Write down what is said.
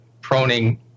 proning